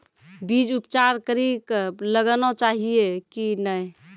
बीज उपचार कड़ी कऽ लगाना चाहिए कि नैय?